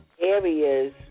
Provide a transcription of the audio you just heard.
areas